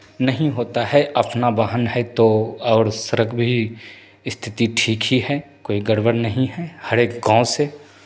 नहीं होता है अपना वाहन है तो और सड़क भी स्थिति ठीक ही है कोइ गड़बड़ नहीं है हरेक गाँव से